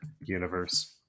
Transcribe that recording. Universe